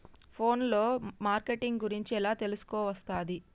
Phone లో marketing గురించి ఎలా తెలుసుకోవస్తది?